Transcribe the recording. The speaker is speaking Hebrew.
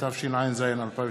אין מתנגדים או נמנעים.